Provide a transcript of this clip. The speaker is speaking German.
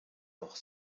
noch